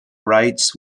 rights